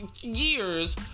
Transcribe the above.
years